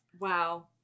Wow